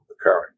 occurring